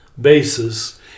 basis